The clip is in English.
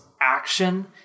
action